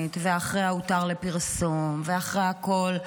ואחרי ה"הותר לפרסום" ואחרי הכול,